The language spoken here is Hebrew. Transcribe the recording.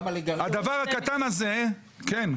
גם --- כן,